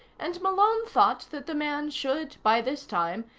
and malone thought that the man should, by this time,